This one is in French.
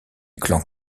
clan